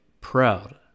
proud